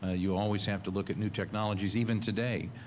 ah you always have to look at new technologies. even today,